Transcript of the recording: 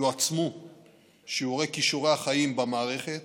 יועצמו שיעורי כישורי החיים במערכת